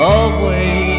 away